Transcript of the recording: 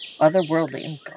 otherworldly